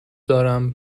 دارم